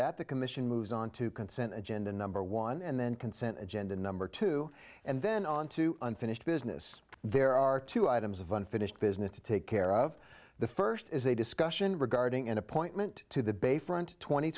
that the commission moves on to consent agenda number one and then consent agenda number two and then on to unfinished business there are two items of unfinished business to take care of the first is a discussion regarding an appointment to the bayfront tw